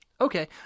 Okay